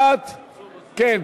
אדוני היושב-ראש, כן,